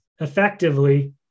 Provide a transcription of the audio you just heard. effectively